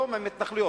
שלום עם התנחלויות.